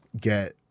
get